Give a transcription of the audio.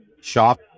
shop